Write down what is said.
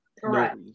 Correct